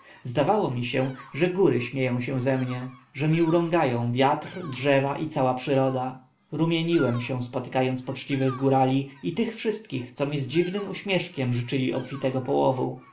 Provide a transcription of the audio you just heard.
zdawało mi się że góry śmieją się ze mnie że mi urągają wiatr drzewa i cała przyroda rumieniłem się spotykając poczciwych górali i tych wszystkich co mi z dziwnym uśmieszkiem życzyli obfitego połowu